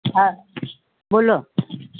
हां बोलो